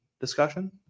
discussion